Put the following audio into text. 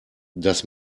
das